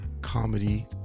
comedy